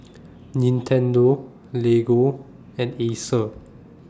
Nintendo Lego and Acer